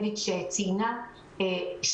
יש